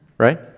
Right